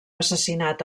assassinat